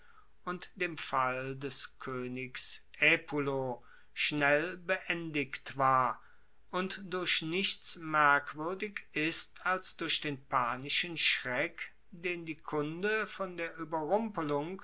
und dem fall des koenigs aepulo schnell beendigt war und durch nichts merkwuerdig ist als durch den panischen schreck den die kunde von der